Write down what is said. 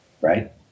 right